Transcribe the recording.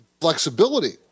flexibility